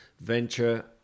venture